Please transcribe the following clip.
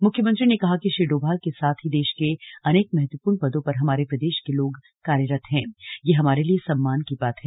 मुख्यमंत्री ने कहा कि श्री डोभाल के साथ ही देश के अनेक महत्वपूर्ण पदों पर हमारे प्रदेश के लोग कार्यरत है यह हमारे लिये सम्मान की बात है